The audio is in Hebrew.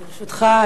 ברשותך,